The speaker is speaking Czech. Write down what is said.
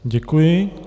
Děkuji.